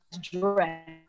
dress